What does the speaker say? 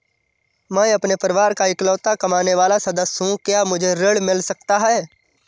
मैं अपने परिवार का इकलौता कमाने वाला सदस्य हूँ क्या मुझे ऋण मिल सकता है?